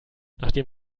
nachdem